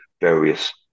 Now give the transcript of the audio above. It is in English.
various